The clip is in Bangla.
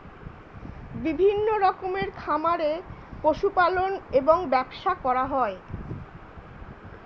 বিভিন্ন রকমের খামারে পশু পালন এবং ব্যবসা করা হয়